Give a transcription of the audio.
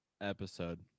episode